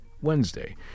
Wednesday